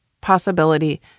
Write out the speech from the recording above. possibility